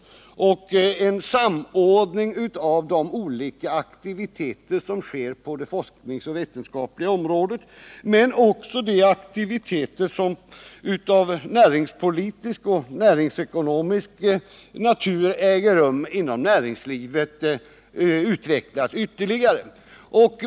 Vidare har en samordning av de olika verksamheter som bedrivs inom forskning och vetenskap men också av de aktiviteter av näringspolitisk och näringsekonomisk natur som äger rum inom näringslivet utvecklats ytterligare.